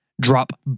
drop